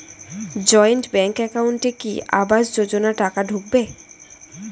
Joint bank একাউন্টে কি আবাস যোজনা টাকা ঢুকবে?